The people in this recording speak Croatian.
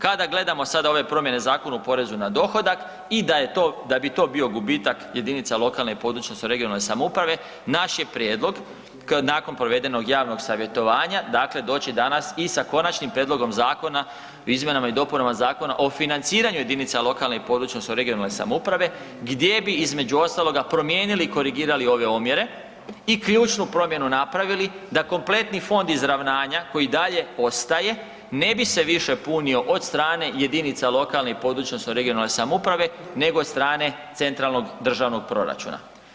Kada gledamo sada ove promjene Zakona o porezu na dohodak i da je to, da bi to bio gubitak jedinica lokalne i područne odnosno regionalne samouprave naš je prijedlog nakon provedenog javnog savjetovanja, dakle doći danas i sa Konačnim prijedlogom zakona o izmjenama i dopunama Zakona o financiranju jedinica lokalne i područne odnosno regionalne samouprave gdje bi između ostaloga promijenili i korigirali ove omjere i ključnu promjenu napravili da kompletni Fond izravnanja koji dalje ostaje ne bi se više punio od strane jedinica lokalne i područne odnosno regionalne samouprave nego od strane centralnog državnog proračuna.